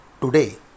Today